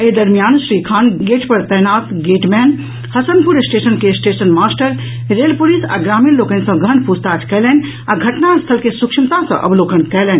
एहि दरमियान श्री खान गेट पर तैनात गेटमैन हसनपुर स्टेशन के स्टेशन मास्टर रेल पुलिस आ ग्रामीण लोकनि सॅ गहन पूछताछ कयलनि आ घटनास्थल के सूक्ष्मता सॅ अवलोकन कयलनि